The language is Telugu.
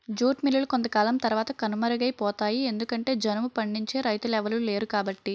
జూట్ మిల్లులు కొంతకాలం తరవాత కనుమరుగైపోతాయి ఎందుకంటె జనుము పండించే రైతులెవలు లేరుకాబట్టి